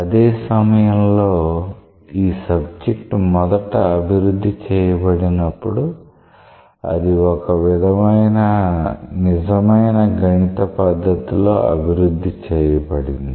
అదే సమయంలో ఈ సబ్జెక్ట్ మొదట అభివృద్ధి చేయబడినప్పుడు అది ఒక విధమైన నిజమైన గణిత పద్ధతి లో అభివృద్ధి చేయబడింది